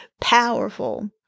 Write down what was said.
powerful